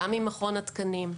גם עם מכון התקנים.